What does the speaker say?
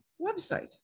website